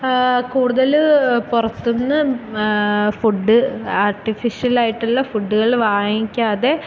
കൂടുതല് പുറത്തുനിന്ന് ഫുഡ് ആർട്ടിഫിഷ്യലായിട്ടുള്ള ഫുഡുകള് വാങ്ങിക്കാതെ